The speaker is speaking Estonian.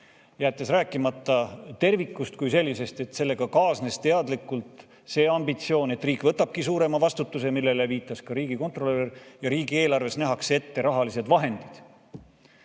jäeti rääkimata tervikust kui sellisest, et sellega kaasnes teadlikult see ambitsioon, et riik võtabki suurema vastutuse, millele viitas ka riigikontrolör, ja riigieelarves nähakse ette rahalised vahendid.